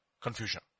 confusion